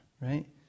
right